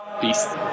Peace